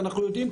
ואנחנו יודעים,